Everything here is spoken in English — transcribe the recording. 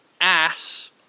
ass